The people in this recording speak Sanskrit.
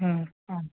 आम्